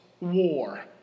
war